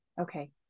Okay